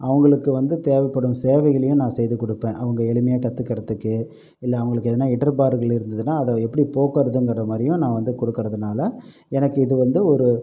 அவங்களுக்கு வந்து தேவைப்படும் சேவைகளையும் நான் செய்து கொடுப்பேன் அவங்க எளிமையாக கற்றுக்கறதுக்கு இல்லை அவங்களுக்கு எதனா இடர்பாடுகள் இருந்ததுனா அதை எப்படி போக்கறதுங்கிறது மாதிரியும் நான் வந்து கொடுக்கறதுனால எனக்கு இது வந்து ஒரு